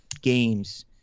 games